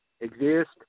exist